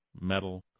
metal